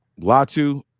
Latu